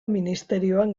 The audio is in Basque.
ministerioan